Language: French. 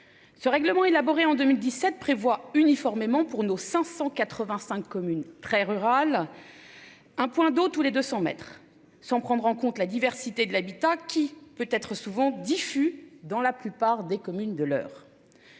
Ce règlement élaboré en 2017 prévoit uniformément pour nos 585 communes très rurales. Un point d'eau tous les 200 mètres sans prendre en compte la diversité de l'habitat qui peut être souvent diffus dans la plupart des communes de l'heure.